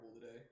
today